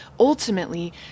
Ultimately